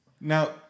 Now